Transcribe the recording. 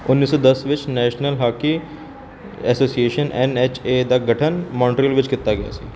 ਉੱਨੀ ਸੌ ਦਸ ਵਿੱਚ national hockey association N H A ਦਾ ਗਠਨ ਮੌਂਟਰੀਅਲ ਵਿੱਚ ਕੀਤਾ ਗਿਆ ਸੀ